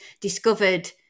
discovered